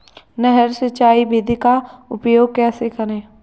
नहर सिंचाई विधि का उपयोग कैसे करें?